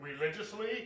Religiously